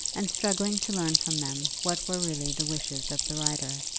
and struggling to learn from them what were really the wishes of the writer.